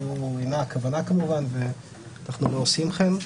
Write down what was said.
זו אינה הכוונה כמובן, ואנחנו לא עושים כן.